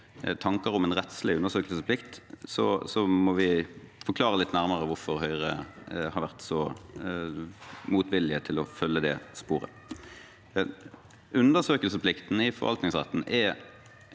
tanker om en rettslig undersøkelsesplikt, må vi forklare litt nærmere hvorfor Høyre har vært så motvillige til å følge det sporet. Undersøkelsesplikten i forvaltningsretten er